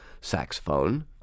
saxophone